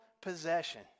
possession